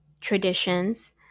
traditions